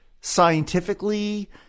scientifically